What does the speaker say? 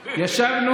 רפורמים שרוצים לעשות